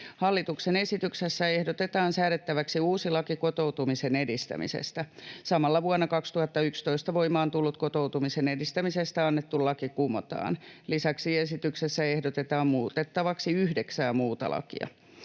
Hallituksen esityksessä ehdotetaan säädettäväksi uusi laki kotoutumisen edistämisestä. Samalla vuonna 2011 voimaan tullut kotoutumisen edistämisestä annettu laki kumotaan. Lisäksi esityksessä ehdotetaan muutettavaksi yhdeksää muuta lakia.